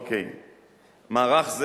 מערך זה,